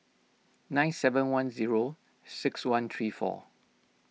nine seven one zero six one three four